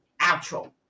outro